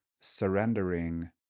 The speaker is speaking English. surrendering